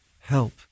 help